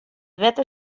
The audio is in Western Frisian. wetter